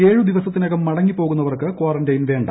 ഏഴു ദിവസത്തിനകം മടങ്ങിപ്പോകുന്നവർക്ക് കാറന്റൈൻ വേണ്ട